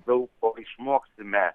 daug ko išmoksime